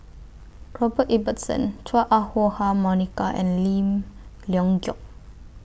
Robert Ibbetson Chua Ah Huwa Monica and Lim Leong Geok